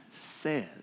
says